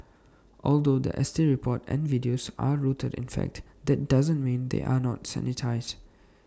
although The S T report and videos are rooted in fact that doesn't mean they are not sanitised